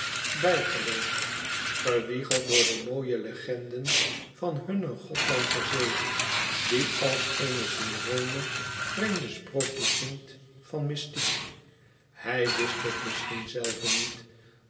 bijgeloof gewiegeld door de mooie legenden van hunne gothlandsche zee die als eene sirene vreemde sprookjes zingt van mystiek hij wist het misschien zelve niet